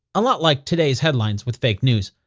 a lot like today's headlines with fake news.